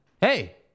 Hey